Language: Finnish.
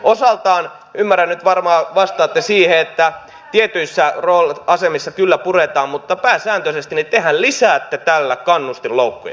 osaltaan ymmärrän nyt varmaan vastaatte että tietyissä asemissa kyllä puretaan mutta pääsääntöisesti tehän lisäätte tällä kannustinloukkuja